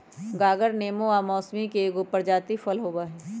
गागर नेबो आ मौसमिके एगो प्रजाति फल हइ